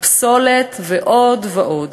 פסולת ועוד ועוד.